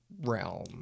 realm